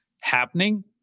happening